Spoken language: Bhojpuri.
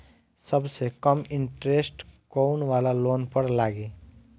सबसे कम इन्टरेस्ट कोउन वाला लोन पर लागी?